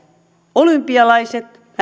olympialaiset